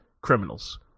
criminals